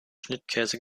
schnittkäse